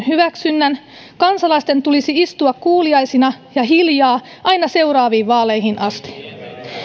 hyväksynnän kansalaisten tulisi istua kuuliaisina ja hiljaa aina seuraaviin vaaleihin asti